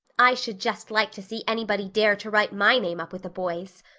i should just like to see anybody dare to write my name up with a boy's.